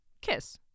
kiss